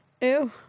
Ew